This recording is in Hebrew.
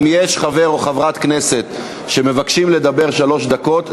אם יש חבר או חברת כנסת שמבקשים לדבר שלוש דקות,